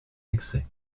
excès